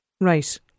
Right